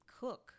cook